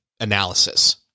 analysis